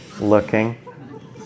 looking